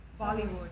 Bollywood